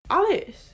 Alice